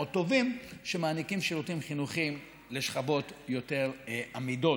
טובים שמעניקים שירותים חינוכיים לשכבות יותר אמידות.